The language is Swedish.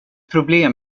problem